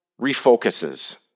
refocuses